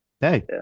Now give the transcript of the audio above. Hey